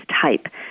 Type